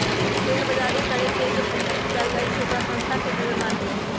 share जारी करके जे पूंजी जुटाएल जाई छई ओकरा संस्था से जुरल मानल जाई छई